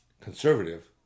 conservative